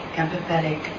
empathetic